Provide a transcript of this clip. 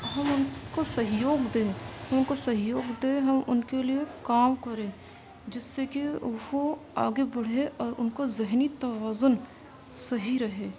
ہم ان کو سہیوگ دیں ان کو سہیوگ دیں ہم ان کے لیے کام کریں جس سے کہ وہ آگے بڑھے اور ان کو ذہنی توازن صحیح رہے